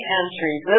entries